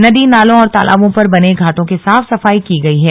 नदी नालों और तालाबों पर बने घाटों की साफ सफाई की गई है